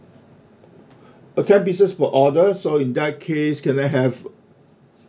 a ten pieces per order so in that case can I have